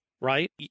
right